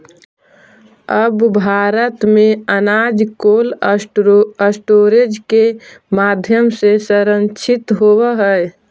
अब भारत में अनाज कोल्डस्टोरेज के माध्यम से संरक्षित होवऽ हइ